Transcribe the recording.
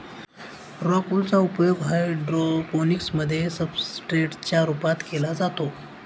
rock wool चा उपयोग hydroponics मध्ये सब्सट्रेट च्या रूपात केला जातो